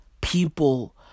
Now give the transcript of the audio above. people